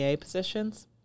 positions